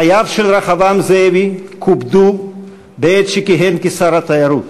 חייו של רחבעם זאבי קופדו בעת שכיהן כשר התיירות,